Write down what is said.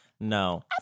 No